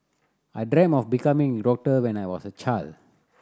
I dreamt of becoming a doctor when I was a child